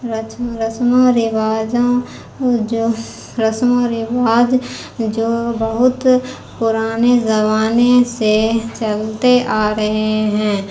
رچھوں رسم و رواجوں جو رسم و رواج جو بہت پرانے زمانے سے چلتے آ رہے ہیں